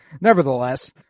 nevertheless